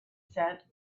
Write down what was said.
said